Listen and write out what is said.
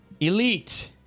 Elite